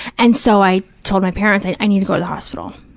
and so, i told my parents, i i need to go to the hospital.